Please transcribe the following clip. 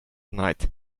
night